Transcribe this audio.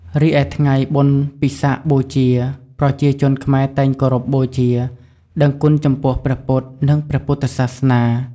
រីឯថ្ងៃបុណ្យពិសាខបូជា ប្រជាជនខ្មែរតែងគោរពបូជា ដឹងគុណចំពោះព្រះពុទ្ធ និងព្រះពុទ្ធសាសនា។